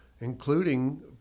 including